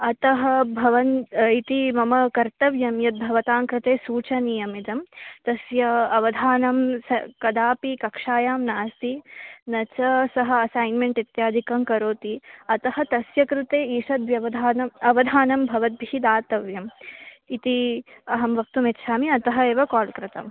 अतः भवन् इति मम कर्तव्यं यद् भवतां कृते सूचनीयमिदं तस्य अवधानं सः कदापि कक्षायां नास्ति न च सः असैन्मेण्ट् इत्यादिकं करोति अतः तस्य कृते ईषदवधानम् अवधानं भवद्भिः दातव्यं इति अहं वक्तुमिच्छामि अतः एव कोल् कृतम्